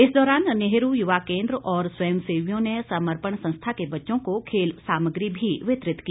इस दौरान नेहरू युवा केंद्र और स्वयं सेवीयों ने समर्पण संस्था के बच्चों को खेल सामग्री भी वितरित की